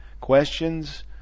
questions